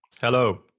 hello